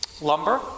lumber